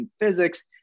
physics